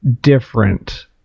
different